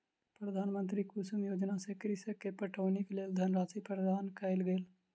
प्रधानमंत्री कुसुम योजना सॅ कृषक के पटौनीक लेल धनराशि प्रदान कयल गेल